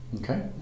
Okay